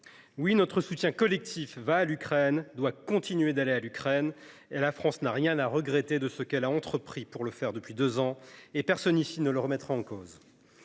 Oui, notre soutien collectif va et doit continuer d’aller à l’Ukraine. La France n’a rien à regretter de ce qu’elle a entrepris en ce sens depuis deux ans ; personne ici ne le remettra en cause.